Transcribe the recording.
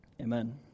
Amen